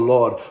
Lord